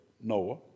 Noah